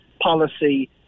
policy